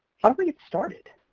how to get started.